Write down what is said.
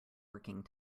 working